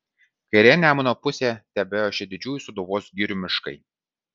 kairėje nemuno pusėje tebeošė didžiųjų sūduvos girių miškai